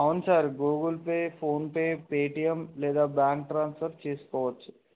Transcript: అవును sir Google Pay PhonePe Paytm లేదా bank transfer చేసుకోవచ్చు